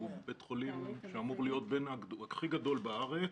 זה בית החולים שאמור להיות הכי גדול בארץ.